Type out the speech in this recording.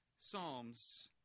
psalms